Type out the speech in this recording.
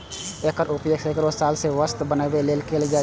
एकर उपयोग सैकड़ो साल सं वस्त्र बनबै लेल कैल जाए छै